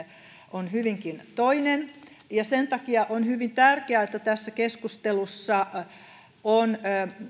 on hyvinkin toinen ja sen takia on hyvin tärkeää että tässä keskustelussa on